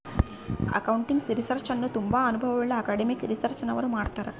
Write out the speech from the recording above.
accounting research ಅನ್ನು ತುಂಬಾ ಅನುಭವವುಳ್ಳ ಅಕಾಡೆಮಿಕ್ ರಿಸರ್ಚ್ನವರು ಮಾಡ್ತರ್